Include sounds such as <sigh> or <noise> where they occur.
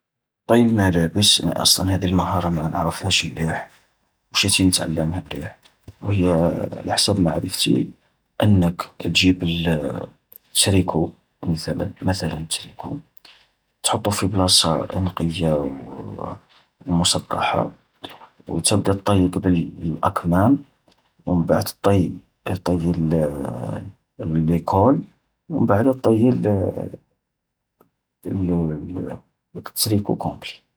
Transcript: طي الملابس، أصلاً هذي المهارة ما نعرفهاش مليح، وشاتي نتعلمها مليح. و هي <hesitation> على حسب معرفتي، أنك تجيب <hesitation> التريكو مثلاً، مثلاً التريكو، تحطو في بلاصة انقية <hesitation> ومسطحة، وتبدأ طي قبل الأكمام، ومن بعد طي تطي <hesitation> الليكول، ومن بعد تطي <hesitation> التريكو كومبلي.